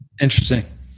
Interesting